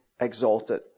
exalted